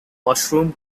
mushroom